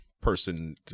person